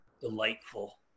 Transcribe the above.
delightful